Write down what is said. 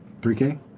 3K